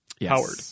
Howard